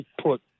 put